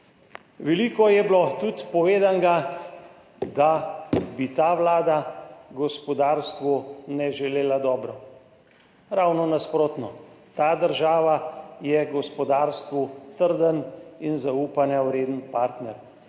Veliko je bilo tudi povedanega, da bi ta vlada gospodarstvu ne želela dobro. Ravno nasprotno, ta država je gospodarstvu trden in zaupanja vreden partner.